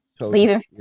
Leaving